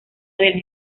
del